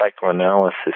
psychoanalysis